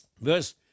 Verse